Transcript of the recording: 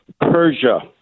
Persia